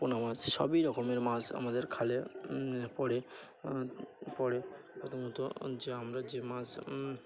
পোনা মাছ সবই রকমের মাছ আমাদের খালে পড়ে পড়ে প্রথমত যে আমরা যে মাছ